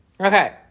okay